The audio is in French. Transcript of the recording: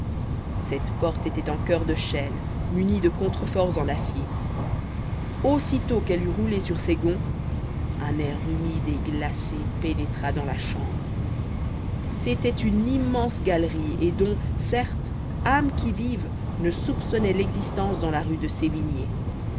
cette porte était en coeur de chêne munie de contreforts en acier aussitôt qu'elle eut roulé sur ses gonds un air humide et glacé pénétra dans la chambre c'était une immense galerie et dont certes âme qui vive ne soupçonnait l'existence dans la rue de sévigné